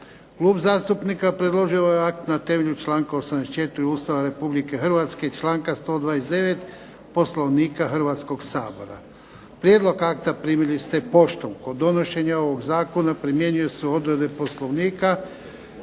Klub zastupnika predložio je ovaj akt na temelju članka 84. Ustava Republike Hrvatske i članka 129. Poslovnika Hrvatskoga sabora. Prijedlog akta primili ste poštom. Kod donošenja ovog zakona primjenjuju se odredbe Poslovnika